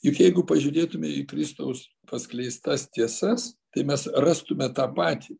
juk jeigu pažiūrėtume į kristaus paskleistas tiesas tai mes rastume tą patį